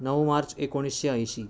नऊ मार्च एकोणीसशे ऐंशी